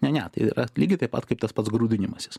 ne ne tai lygiai taip pat kaip tas pats grūdinimasis